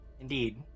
Indeed